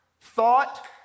thought